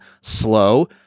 slow